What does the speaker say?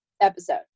episode